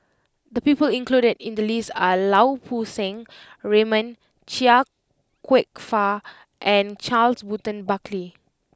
the people included in the list are Lau Poo Seng Raymond Chia Kwek Fah and Charles Burton Buckley